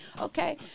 okay